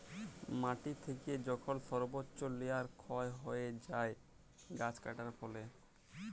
মাটি থেকে যখল সর্বচ্চ লেয়ার ক্ষয় হ্যয়ে যায় গাছ কাটার ফলে